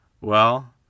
Well